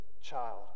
child